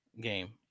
game